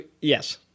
Yes